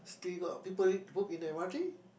still got people read book in m_r_t